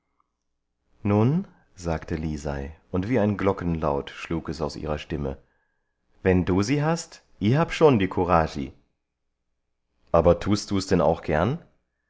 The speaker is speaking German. nun sagte lisei und wie ein glockenlaut schlug es aus ihrer stimme wenn du sie hast i hab schon die kuraschi aber tust du's denn auch gern